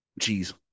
cheese